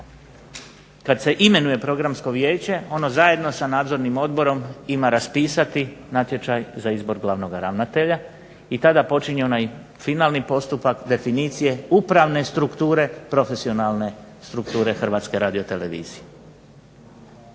kad se imenuje Programsko vijeće ono zajedno sa Nadzornim odborom ima raspisati natječaj za izbor glavnoga ravnatelja i tada počinje onaj finalni postupak definicije upravne strukture, profesionalne strukture Hrvatske radiotelevizije.